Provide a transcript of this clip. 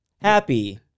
happy